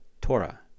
Torah